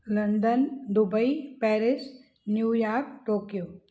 London Dubai Paris New York Tokyo